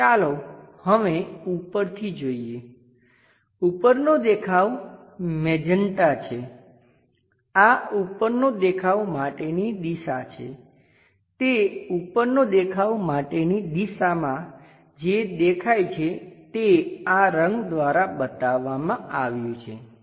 ચાલો હવે ઉપરથી જોઈએ ઉપરનો દેખાવ મેજેન્ટા છે આ ઉપરનો દેખાવ માટેની દિશા છે તે ઉપરનો દેખાવ માટેની દિશામાં જે દેખાય છે તે આ રંગ દ્વારા બતાવવામાં આવ્યું છે